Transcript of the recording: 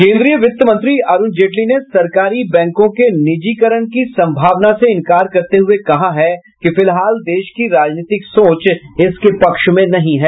केन्द्रीय वित्त मंत्री अरुण जेटली ने सरकारी बैंकों के निजीकरण की सम्भावना से इंकार करते हुये कहा कि फिलहाल देश की राजनीतिक सोच इसके पक्ष में नहीं है